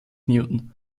newton